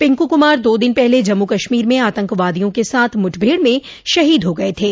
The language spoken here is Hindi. पिंकू कुमार दो दिन पहले जम्मू कश्मीर में आतंकवादियों के साथ मुठभेड़ में शहीद हो गये थे